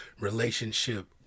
relationship